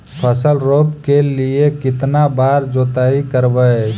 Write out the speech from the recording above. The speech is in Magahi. फसल रोप के लिय कितना बार जोतई करबय?